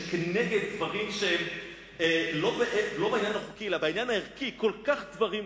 דברים שהם לא בעניין החוקי אלא בעניין הערכי דברים קשים.